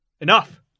Enough